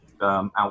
out